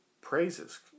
praises